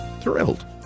Thrilled